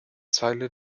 zeile